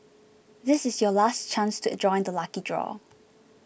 this is your last chance to join the lucky draw